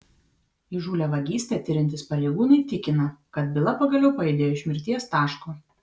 įžūlią vagystę tiriantys pareigūnai tikina kad byla pagaliau pajudėjo iš mirties taško